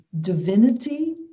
divinity